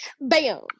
bam